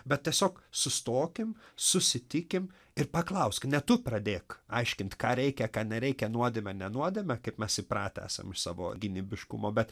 bet tiesiog sustokim susitikim ir paklausk ne tu pradėk aiškint ką reikia ką nereikia nuodėmę nenuodėmę kaip mes įpratę esam iš savo gynybiškumo bet